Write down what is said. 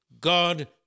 God